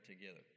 together